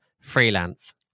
freelance